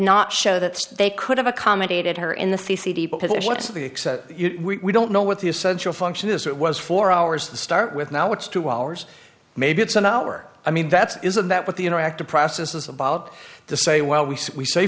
not show that they could have accommodated her in the c c d position of the we don't know what the essential function is it was four hours to start with now it's two hours maybe it's an hour i mean that's isn't that what the interactive process is about to say well we say we say